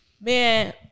man